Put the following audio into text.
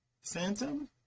phantom